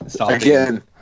Again